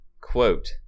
quote